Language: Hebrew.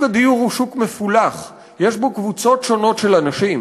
הדיור הוא שוק מפולח ויש בו קבוצות שונות של אנשים.